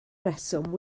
reswm